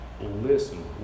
listen